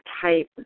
type